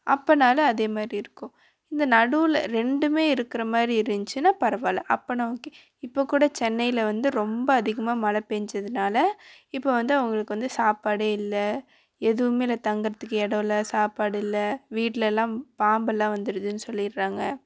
அப்போனாலும் அதே மாதிரி இருக்கும் இந்த நடுவில் ரெண்டுமே இருக்கிற மாதிரி இருந்துச்சுனா பரவாயில்ல அப்படினா ஓகே இப்போ கூட சென்னையில் வந்து ரொம்ப அதிகமாக மழை பெஞ்சதுனால இப்போ வந்து அவங்களுக்கு வந்து சாப்பாடே இல்லை எதுவுமே இல்லை தங்கிறதுக்கு இடம் இல்லை சாப்பாடு இல்லை வீட்லேலாம் பாம்பெல்லாம் வந்துடுதுன்னு சொல்லிடுறாங்க